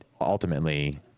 ultimately